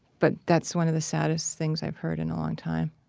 but that's one of the saddest things i've heard in a long time.